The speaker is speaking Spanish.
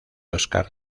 oscar